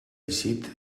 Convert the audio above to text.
eixit